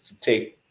take